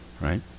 right